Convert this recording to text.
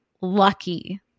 lucky